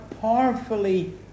powerfully